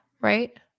right